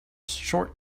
short